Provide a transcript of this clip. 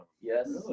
yes